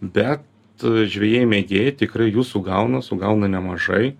bet žvejai mėgėjai tikrai jų sugauna sugauna nemažai